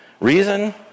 Reason